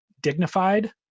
dignified